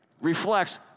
reflects